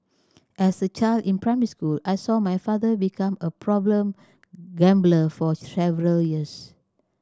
as a child in primary school I saw my father become a problem gambler for several years